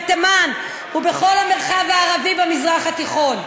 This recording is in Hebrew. בתימן ובכל המרחב הערבי במזרח התיכון.